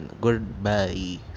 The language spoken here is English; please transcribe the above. Goodbye